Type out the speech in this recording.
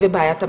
ובעיית המחסור,